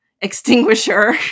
extinguisher